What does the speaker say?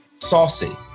Saucy